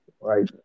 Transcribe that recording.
Right